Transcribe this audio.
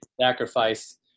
sacrifice